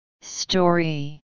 Story